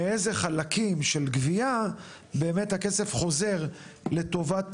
מאיזה חלקים של גבייה, באמת הכסף חוזר לטובת